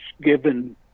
given